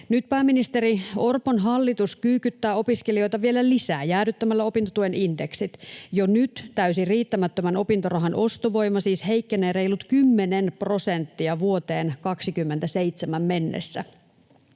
Nyt pääministeri Orpon hallitus kyykyttää opiskelijoita vielä lisää jäädyttämällä opintotuen indeksit. Jo nyt täysin riittämättömän opintorahan ostovoima siis heikkenee reilut kymmenen prosenttia vuoteen 27 mennessä.